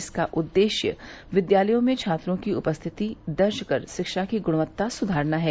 इसका उद्देश्य विद्यालयों में छात्रों की उपस्थिति दर्ज कर रिक्षा की गृणवत्ता सुधारना है